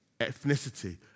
ethnicity